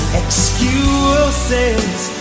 excuses